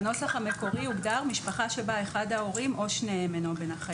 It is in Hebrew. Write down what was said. בנוסח המקורי הוגדר משפחה שבה אחד ההורים או שניהם אינו בין החיים.